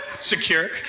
Secure